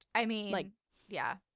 i mean, like yeah!